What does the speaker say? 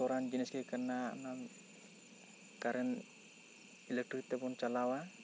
ᱵᱚᱛᱚᱨᱟᱱ ᱡᱤᱱᱤᱥ ᱜᱮ ᱠᱟᱱᱟ ᱚᱱᱟ ᱠᱟᱨᱮᱱᱴ ᱤᱞᱮᱠᱴᱨᱤ ᱛᱮ ᱵᱚᱱ ᱪᱟᱞᱟᱣᱟ